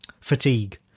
fatigue